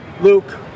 Luke